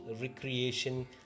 recreation